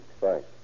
Thanks